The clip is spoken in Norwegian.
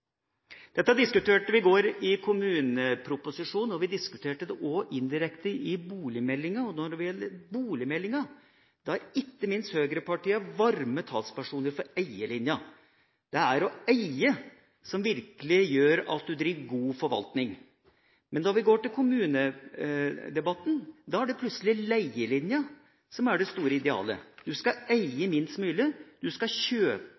Dette diskuterte vi i går ved behandlingen av kommuneproposisjonen, og vi diskuterte det også indirekte i forbindelse med boligmeldinga. Når det gjelder boligmeldinga, er ikke minst høyrepartiene varme talspersoner for eierlinja. Det er å eie som virkelig gjør at man driver med god forvaltning. Men når vi går til kommunedebatten, er det plutselig leielinja som er det store idealet. En skal eie minst mulig, og en skal kjøpe